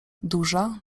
duża